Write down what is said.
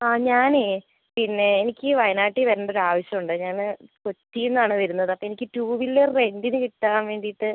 ആ ഞാനേ പിന്നെ എനിക്ക് വയനാട്ടിൽ വരേണ്ട ഒരു ആവശ്യമുണ്ട് ഞാന് കൊച്ചിയിൽ നിന്നാണ് വരുന്നത് അപ്പോൾ എനിക്ക് ടൂ വീലർ റെൻ്റിന് കിട്ടാൻ വേണ്ടിയിട്ട്